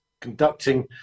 conducting